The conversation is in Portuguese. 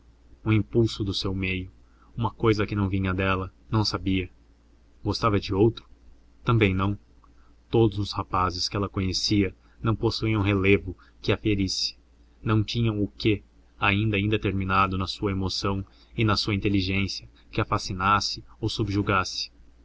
um impulso do seu meio uma cousa que não vinha dela não sabia gostava de outro também não todos os rapazes que ela conhecia não possuíam relevo que a ferisse não tinham o quê ainda indeterminado na sua emoção e na sua inteligência que a fascinasse ou